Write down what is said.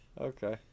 Okay